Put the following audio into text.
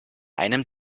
einem